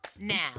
Now